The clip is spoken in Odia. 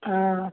ହଁ